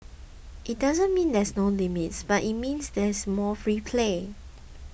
it doesn't mean there are no limits but it means there is more free play